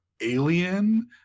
Alien